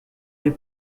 les